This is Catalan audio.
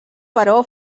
però